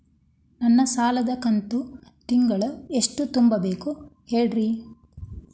ನನ್ನ ಸಾಲದ ಕಂತು ತಿಂಗಳ ಎಷ್ಟ ತುಂಬಬೇಕು ಹೇಳ್ರಿ?